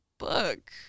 Book